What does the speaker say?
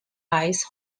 ice